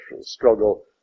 struggle